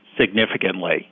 significantly